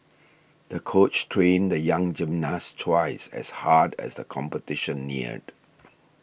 the coach trained the young gymnast twice as hard as the competition neared